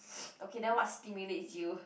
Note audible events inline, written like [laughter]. [noise] okay then what stimulates you